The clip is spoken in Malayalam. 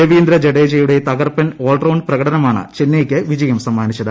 രവീന്ദ്ര ജഡേജയുടെ തകർപ്പൻ ഓൾറൌണ്ട് പ്രകടനമാണ് ചെന്നൈയ്ക്ക് വിജയം സമ്മാനിച്ചത്